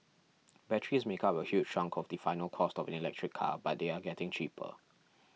batteries make up a huge chunk of the final cost of electric car but they are getting cheaper